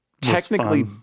technically